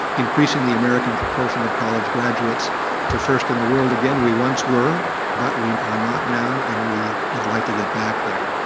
increasing the american proportion of college graduates to first in the world again as we once were but we are not now and we would like to get back there.